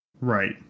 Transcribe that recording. Right